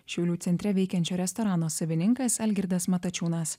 šiaulių centre veikiančio restorano savininkas algirdas matačiūnas